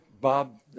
Bob